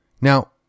Now